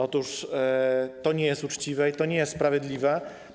Otóż to nie jest uczciwe ani to nie jest sprawiedliwe.